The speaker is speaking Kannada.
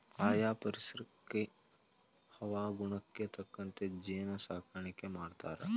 ಆಯಾ ಪರಿಸರಕ್ಕ ಹವಾಗುಣಕ್ಕ ತಕ್ಕಂಗ ಜೇನ ಸಾಕಾಣಿಕಿ ಮಾಡ್ತಾರ